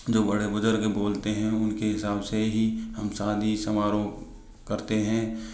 जो बड़े बुजुर्ग बोलते हैं उनके हिसाब से ही हम शादी समारोह करते हैं